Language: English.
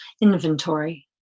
inventory